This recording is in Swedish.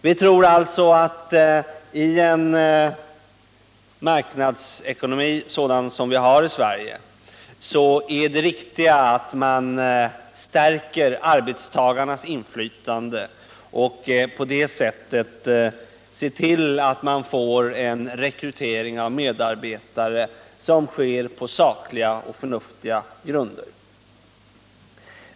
Vi tror alltså att det riktiga i en marknadsekonomi som den vi har i Sverige är att man stärker arbetarnas inflytande och på så sätt ser till att man får en rekrytering av medarbetare som sker på sakliga och förnuftiga grunder.